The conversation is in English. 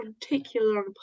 particular